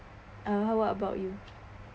uh how about you